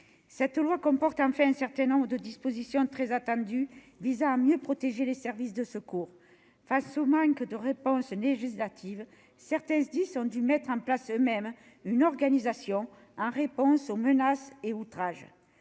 de loi comporte enfin un certain nombre de dispositions très attendues visant à mieux protéger les services de secours. Face au manque de réponse législative, certains SDIS ont dû mettre en place eux-mêmes une organisation en réponse aux menaces et outrages.